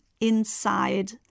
inside